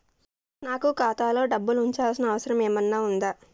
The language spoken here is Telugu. నాకు ఖాతాలో డబ్బులు ఉంచాల్సిన అవసరం ఏమన్నా ఉందా?